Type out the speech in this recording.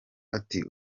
ati